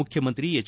ಮುಖ್ಯಮಂತ್ರಿ ಎಚ್